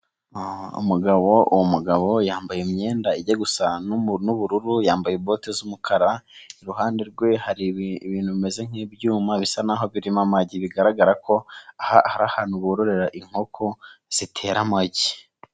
Umugabo, uwo mugabo yambaye imyenda ijya gusa n'ubururu, yambaye bote z'umukara, iruhande rwe hari ibintu bimeze nk'ibyuma bisa naho birimo amagi, bigaragara ko ari ahantu bororera inkoko zitera amagi.